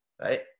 right